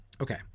Okay